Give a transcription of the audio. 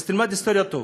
אז תלמד היסטוריה טוב.